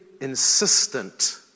insistent